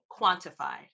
quantified